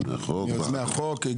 מיוזמי החוק.